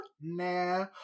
Nah